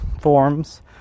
forms